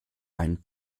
einen